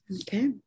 Okay